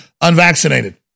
unvaccinated